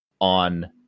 on